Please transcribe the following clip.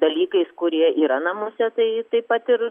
dalykais kurie yra namuose tai taip pati ir